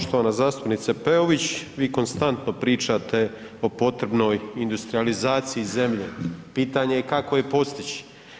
Poštovana zastupnica Peović vi konstantno pričate o potrebnoj industrijalizaciji zemlje, pitanje je kako je postići.